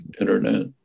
internet